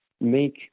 make